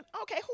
okay